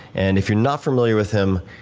and if you're not familiar with him,